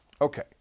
Okay